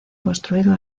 construido